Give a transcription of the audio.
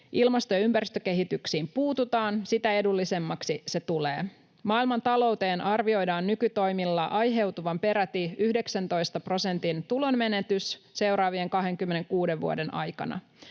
ilmasto- ja ympäristökehitykseen puututaan, sitä edullisemmaksi se tulee. Maailmantalouteen arvioidaan nykytoimilla aiheutuvan peräti 19 prosentin tulonmenetys seuraavien 26 vuoden aikana.